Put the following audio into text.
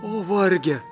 o varge